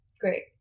great